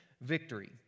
victory